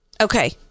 okay